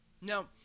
No